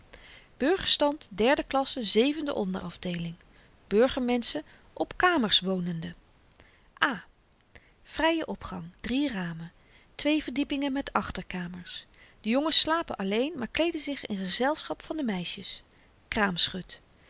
burgerstand iiie klasse zevende onderafdeeling burgermenschen op kamers wonende a vrye opgang drie ramen twee verdiepingen met achterkamers de jongens slapen alleen maar kleeden zich in gezelschap van de meisjes